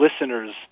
listeners